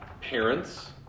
parents